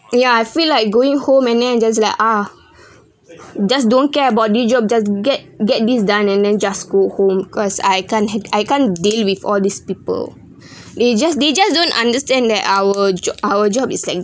ya I feel like going home and then I just like ah just don't care about this job just get get this done and then just go home cause I can't ha~ I can't deal with all these people they just they just don't understand that our job our job is like